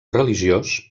religiós